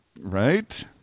Right